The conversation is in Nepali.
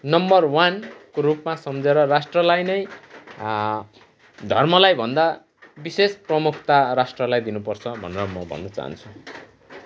नम्बर वानको रूप सम्झेर राष्ट्रलाई नै धर्मलाईभन्दा विशेष प्रमुखता राष्ट्रलाई दिनु पर्छ भनेर म भन्न चाहन्छु